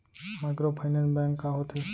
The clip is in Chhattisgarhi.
माइक्रोफाइनेंस बैंक का होथे?